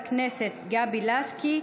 חברת הכנסת גבי לסקי.